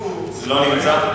לא נמצא.